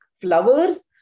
flowers